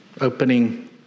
opening